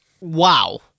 wow